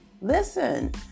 Listen